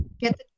get